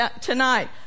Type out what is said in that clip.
tonight